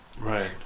Right